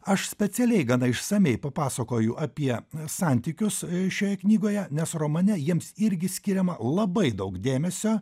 aš specialiai gana išsamiai papasakoju apie santykius šioje knygoje nes romane jiems irgi skiriama labai daug dėmesio